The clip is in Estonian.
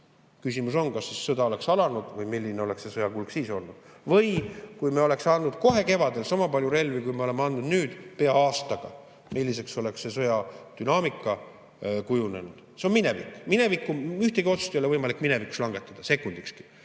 Küsimus on, kas siis sõda oleks alanud või milline oleks sõja kulg siis olnud. Või kui me oleks andnud kohe kevadel sama palju relvi, kui me oleme andnud nüüd pea aastaga, milliseks oleks see sõja dünaamika kujunenud. See on minevik. Ühtegi otsust ei ole võimalik minevikus langetada, sekundikski.